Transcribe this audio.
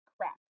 crap